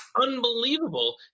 Unbelievable